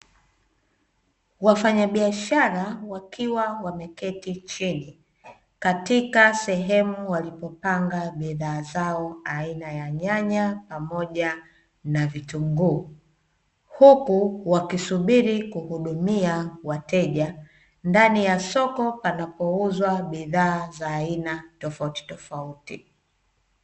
Wafanyabiashara wakiwa wameketi chini katika sehemu walipopanga bidhaa zao, aina ya nyanya pamoja na vitunguu, huku wakisubili kuhudumia wateja ndani ya soko panapouzwa bidhaa za aina tofauti tofauti.